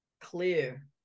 clear